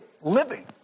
living